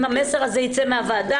אם המסר הזה ייצא מהוועדה,